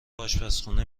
آشپزخونه